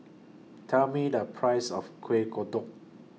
Tell Me The Price of Kuih Kodok